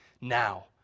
now